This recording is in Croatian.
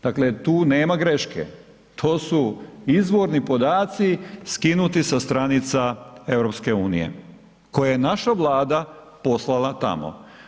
Dakle tu nema greške, to su izvorni podaci skinuti sa stranica EU koje je naša Vlada poslala tamo.